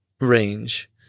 Range